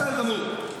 בסדר גמור,